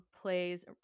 plays